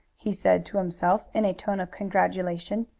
he said to himself in a tone of congratulation.